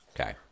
Okay